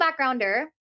backgrounder